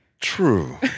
True